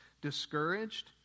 discouraged